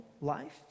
life